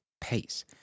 pace